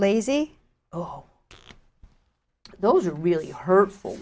lazy oh those are really hurtful